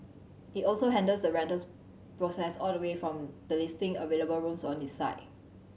it also handles the rentals process all the way from the listing available rooms on its site